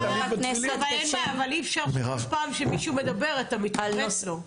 אי אפשר שכל פעם שמישהו מדבר אתה נכנס לו.